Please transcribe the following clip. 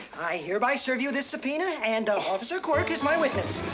i hereby serve you this subpoena, and officer quirk is my witness.